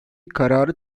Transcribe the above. kararı